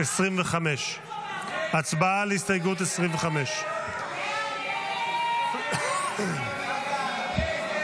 25. הצבעה על הסתייגות 25. הסתייגות 25 לא נתקבלה.